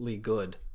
good